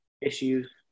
issues